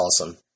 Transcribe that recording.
awesome